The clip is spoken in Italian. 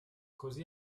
così